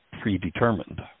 predetermined